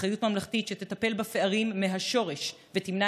אחריות ממלכתית שתטפל בפערים מהשורש ותמנע